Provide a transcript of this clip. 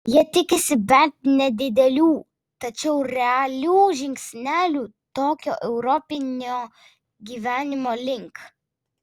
jie tikisi bent nedidelių tačiau realių žingsnelių tokio europinio gyvenimo link